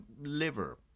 liver